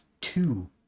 two